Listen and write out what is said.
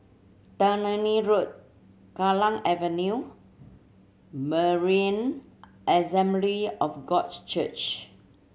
Tannery Road Kallang Avenue Berean Assembly of God Church